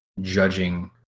judging